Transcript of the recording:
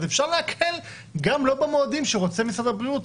אז אפשר להקל גם לא במועדים שרוצה משרד הבריאות.